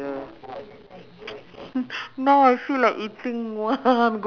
you know four years know it's not a a short period of time to get that